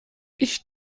ich